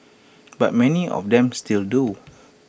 but many of them still do